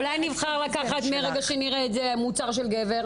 אולי מרגע שנראה את זה נבחר לקחת מוצר של גבר?